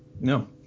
No